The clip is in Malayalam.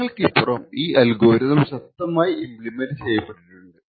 കാലങ്ങൾക്കിപ്പുറം ഈ അൽഗോരിതം ശക്തമായി ഇമ്പ്ളിമെന്റ് ചെയ്യപ്പെട്ടിട്ടുണ്ട്